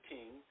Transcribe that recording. King